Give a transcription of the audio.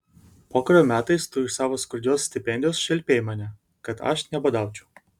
pokario metais tu iš savo skurdžios stipendijos šelpei mane kad aš nebadaučiau